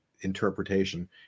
interpretation